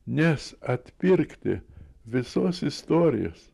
nes atpirkti visos istorijos